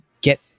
get